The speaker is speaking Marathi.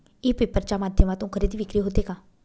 ई पेपर च्या माध्यमातून खरेदी विक्री होते का?